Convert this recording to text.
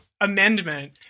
amendment